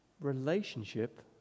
relationship